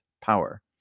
power